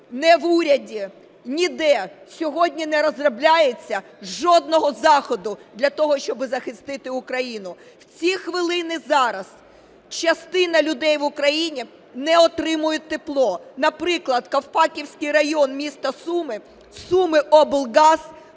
ні в уряді - ніде сьогодні не розробляється жодного заходу для того, щоб захистити Україну. В ці хвилини, зараз частина людей в Україні не отримують тепло. Наприклад, Ковпаківський район міста Сум: Сумиоблгаз